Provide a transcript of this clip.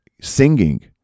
singing